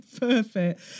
Perfect